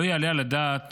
לא יעלה על הדעת